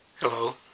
Hello